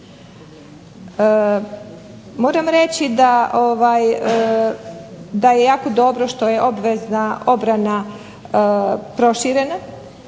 Moram reći da je jako dobro što je obvezna obrana proširena